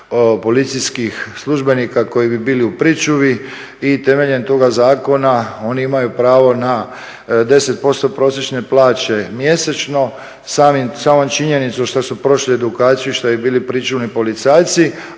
policijskih službenika koji bi bili u pričuvi i temeljem toga zakona oni imaju pravo na 10% od prosječne plaće mjesečno, samom činjenicom što su prošli edukaciju i što bi bili pričuvni policajci,